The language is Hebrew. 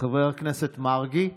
חבר הכנסת מרגי,